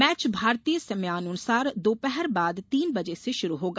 match भारतीय समयानुसार दोपहर बाद तीन बजे से शुरु होगा